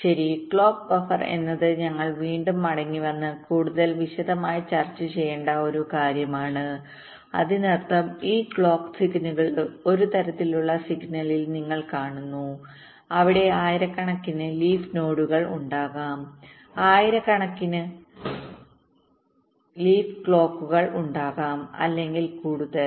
ശരി clock buffer എന്നത് ഞങ്ങൾ വീണ്ടും മടങ്ങിവന്ന് കൂടുതൽ വിശദമായി ചർച്ചചെയ്യേണ്ട ഒരു കാര്യമാണ് അതിനർത്ഥം ഈ ക്ലോക്ക് സിഗ്നലുകൾ ഒരു തരത്തിലുള്ള സിഗ്നലിൽ നിങ്ങൾ കാണുന്നു അവിടെ ആയിരക്കണക്കിന് ലീഫ് നോഡുകൾഉണ്ടാകാം ആയിരക്കണക്കിന് ലീഫ് ക്ലോക്കുകൾഉണ്ടാകാം അല്ലെങ്കിൽ കൂടുതൽ